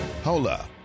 Hola